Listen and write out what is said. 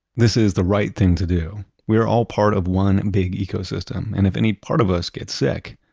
this is the right thing to do. we are all part of one big ecosystem and if any part of us gets sick,